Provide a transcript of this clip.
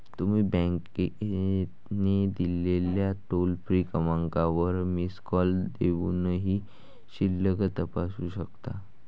तुम्ही बँकेने दिलेल्या टोल फ्री क्रमांकावर मिस कॉल देऊनही शिल्लक तपासू शकता